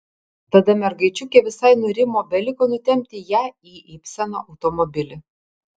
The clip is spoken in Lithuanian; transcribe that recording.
tada mergaičiukė visai nurimo beliko nutempti ją į ibseno automobilį